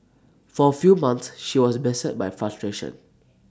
for A few months she was beset by frustration